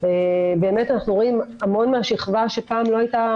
באמת אנחנו רואים המון מהשכבה שפעם לא הייתה